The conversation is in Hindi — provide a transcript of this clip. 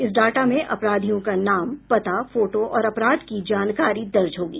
इस डाटा में अपराधियों का नाम पता फोटो और अपराध की जानकारी दर्ज होगी